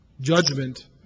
Judgment